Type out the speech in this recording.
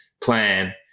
plan